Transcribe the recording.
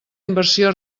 inversió